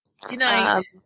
Goodnight